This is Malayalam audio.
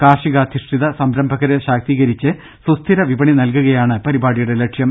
കാർഷികാധിഷ്ഠിത സംരംഭകരെ ശാക്തീ കരിച്ച് സുസ്ഥിര വിപണി നൽകുകയാണ് പരിപാടിയുടെ ലക്ഷ്യം